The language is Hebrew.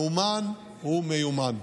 מאומן ומיומן.